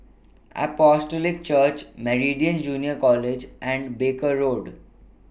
Apostolic Church Meridian Junior College and Barker Road